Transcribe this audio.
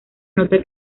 nota